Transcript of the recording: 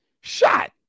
shot